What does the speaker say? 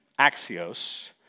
axios